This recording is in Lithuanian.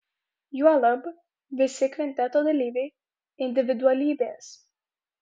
juolab visi kvinteto dalyviai individualybės